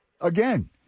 Again